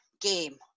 game